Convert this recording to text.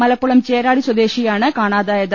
മലപ്പുറം ചേളാരി സ്വദേശിയെയാണ് കാണാതായത്